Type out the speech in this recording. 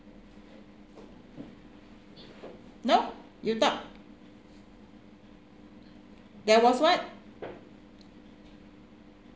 no you talk there was what